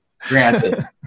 Granted